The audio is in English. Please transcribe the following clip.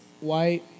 white